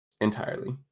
entirely